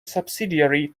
subsidiary